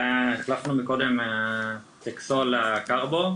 החלפנו מקודם טקסול קרבו,